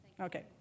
Okay